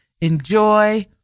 Enjoy